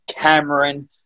Cameron